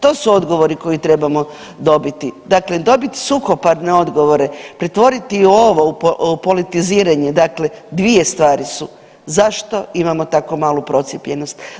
To su odgovori koje trebamo dobiti, dakle dobit suhoparne odgovore, pretvoriti ovo u politiziranje, dakle dvije stvari su zašto imamo tako malu procijepljenost?